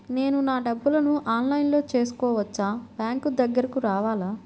నేను నా డబ్బులను ఆన్లైన్లో చేసుకోవచ్చా? బ్యాంక్ దగ్గరకు రావాలా?